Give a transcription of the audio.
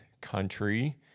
country